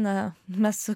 na mes su